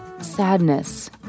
sadness